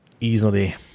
easily